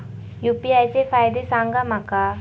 UPI चे फायदे सांगा माका?